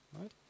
right